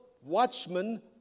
watchmen